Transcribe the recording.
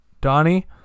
Donnie